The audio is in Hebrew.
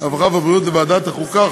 הרווחה והבריאות לוועדת החוקה,